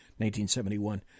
1971